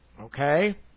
Okay